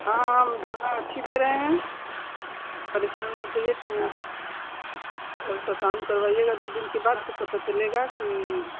हाँ हम दवा अच्छी दे रहे हैं परेशान मत होइए आप अल्ट्रासाउंड करवाइएगा दो दिन के बाद पता चलेगा की